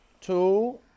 Two